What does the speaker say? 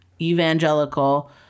evangelical